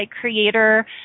creator